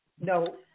No